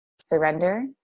surrender